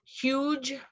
huge